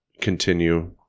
continue